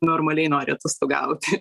normaliai nori atostogauti